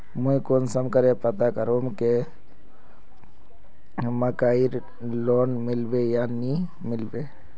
मुई कुंसम करे पता करूम की मकईर लोन मिलबे या नी मिलबे?